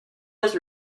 his